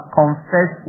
confess